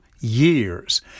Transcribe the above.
years